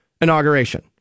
inauguration